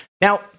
Now